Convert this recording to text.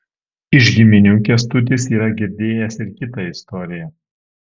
iš giminių kęstutis yra girdėjęs ir kitą istoriją